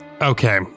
okay